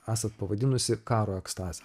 esat pavadinusi karo ekstaze